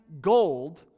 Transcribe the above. gold